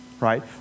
right